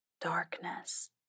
darkness